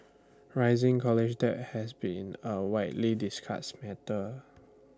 rising college debt has been A widely discussed matter